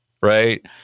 right